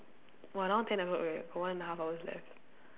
!wah! now ten o-clock already one and half hours left